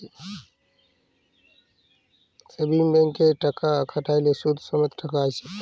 savings ব্যাংকে টাকা খ্যাট্যাইলে সুদ সমেত টাকা আইসে